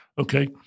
okay